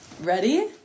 Ready